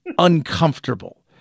Uncomfortable